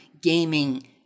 gaming